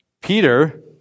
Peter